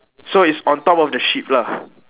so it's on top of the sheep lah